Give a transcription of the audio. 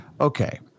Okay